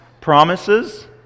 promises